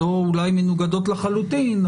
אולי מנוגדות לחלוטין,